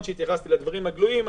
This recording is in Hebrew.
התייחסתי לדברים הגלויים,